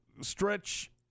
stretch